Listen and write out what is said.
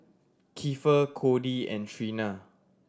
Kiefer Codie and Trina